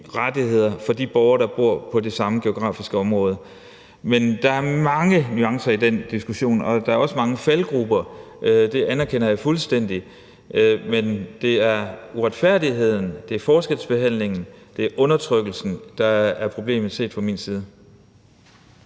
rettigheder for de borgere, der bor på det samme geografiske område. Der er mange nuancer i den diskussion, og der er også mange faldgruber – det anerkender jeg fuldstændig – men det er uretfærdigheden, det er forskelsbehandlingen, det er undertrykkelsen, der er problemet, set fra min side.